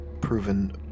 proven